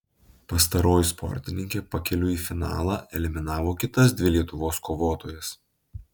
pastaroji sportininkė pakeliui į finalą eliminavo kitas dvi lietuvos kovotojas